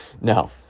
No